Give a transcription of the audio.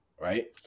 Right